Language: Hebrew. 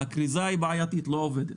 הכריזה בעייתית ולא עובדת.